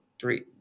three